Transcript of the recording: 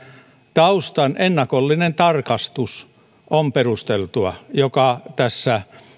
taustan ennakollinen tarkastus on perusteltua ja se tässä